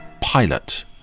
pilot